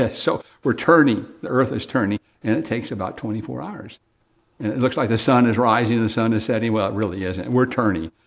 ah so, we're turning, the earth is turning and it takes about twenty four hours. and it looks like the sun is rising and the sun is setting, well, it really isn't, we're turning,